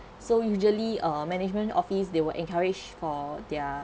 so usually uh management office they will encouraged for their